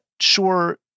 sure